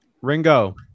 Ringo